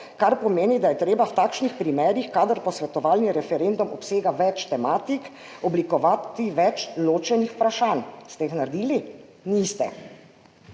kar pomeni, da je treba v takšnih primerih, kadar posvetovalni referendum obsega več tematik, oblikovati več ločenih vprašanj.« Ste jih naredili? Niste.